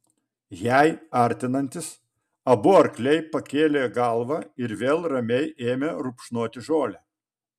jai artinantis abu arkliai pakėlė galvą ir vėl ramiai ėmė rupšnoti žolę